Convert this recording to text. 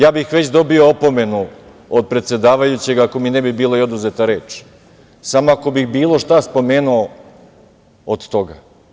Ja bih već dobio opomenu od predsedavajućeg ako mi ne bi bila i oduzeta i reč samo ako bih bilo šta spomenuo od toga.